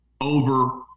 over